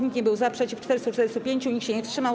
Nikt nie był za, przeciw - 445, nikt się nie wstrzymał.